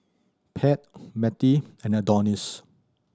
Pat Mattie and Adonis